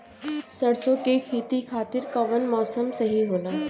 सरसो के खेती के खातिर कवन मौसम सही होला?